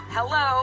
Hello